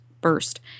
burst